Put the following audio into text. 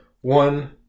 One